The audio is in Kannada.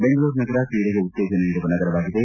ಬೆಂಗಳೂರು ನಗರ ಕ್ರೀಡೆಗೆ ಉತ್ತೇಜನ ನೀಡುವ ನಗರವಾಗಿದೆ